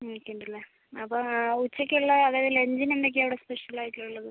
അങ്ങനെ ഒക്കെ ഉണ്ടല്ലേ അപ്പം ആ ഉച്ചയ്ക്ക് ഉള്ള അതായത് ലഞ്ചിന് എന്തൊക്കെയാണ് അവിടെ സ്പെഷ്യൽ ആയിട്ട് ഉള്ളത്